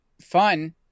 fun